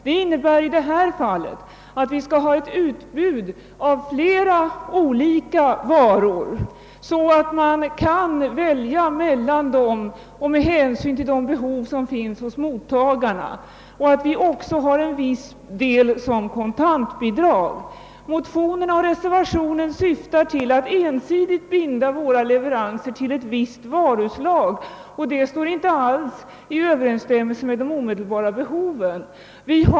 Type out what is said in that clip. Det innebär i detta fall att vi skall ha ett utbud av flera olika varor, så att man kan välja mellan dem och ta hänsyn till de behov som finns hos mottagarna samt att vi också ger en viss del i form av kontantbidrag. Motionerna och reservationen syftar däremot till att ensidigt binda våra leveranser till ett visst varuslag. Detta står emellertid inte alls i överensstämmelse med de omedelbara behoven.